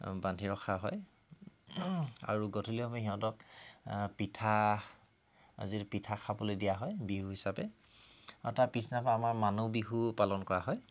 বান্ধি ৰখা হয় আৰু গধূলি আমি সিহঁতক পিঠা যিটো পিঠা খাবলৈ দিয়া হয় বিহু হিচাপে আৰু তাৰ পিছদিনাখন আমাৰ মানুহ বিহু পালন কৰা হয়